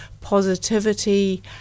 positivity